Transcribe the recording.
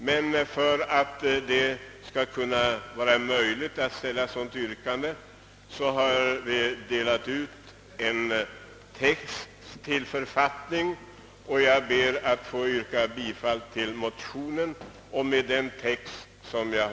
Men för att det skall vara möjligt att ställa ett sådant yrkande har jag delat ut följande förslag till författningstext: Skattskyldiga som samtaxeras skall erlägga avgift i den mån deras sammanlagda till statlig inkomstskatt taxerade inkomst överstiger 20000 kronor. Avgiften fördelas därvid i förhållande till de taxerade inkomsterna.